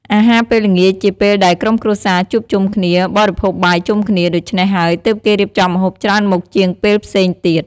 អាហារពេលល្ងាចជាពេលដែលក្រុមគ្រួសារជួបជុំគ្នា បរិភោគបាយជុំគ្នា ដូច្នេះហើយទើបគេរៀបចំម្ហូបច្រើនមុខជាងពេលផ្សេងទៀត ។